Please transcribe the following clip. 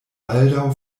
baldaŭ